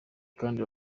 kandi